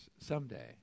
someday